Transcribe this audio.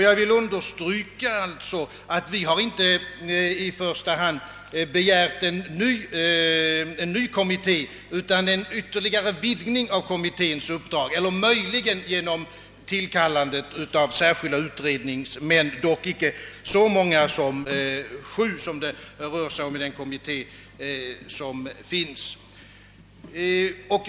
Jag vill understryka, att vi inte i första hand har begärt en ny kommitté utan en vidgning av kommitténs uppdrag eller möjligen tillkallandet av särskilda utredningsmän, dock icke så många som sju, som det rör sig om i den kommitté som nu arbetar.